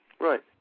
Right